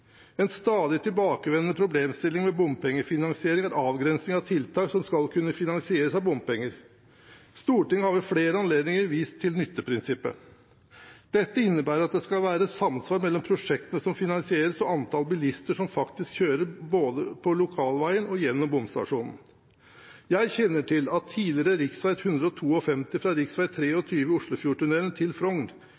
En stadig tilbakevendende problemstilling ved bompengefinansiering er avgrensningen av tiltak som skal kunne finansieres av bompenger. Stortinget har ved flere anledninger vist til nytteprinsippet. Dette innebærer at det skal være samsvar mellom prosjektene som finansieres, og antall bilister som faktisk kjører både på lokalveien og gjennom bomstasjonen. Jeg kjenner til at tidligere rv. 152 fra